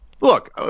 look